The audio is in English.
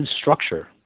structure